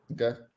Okay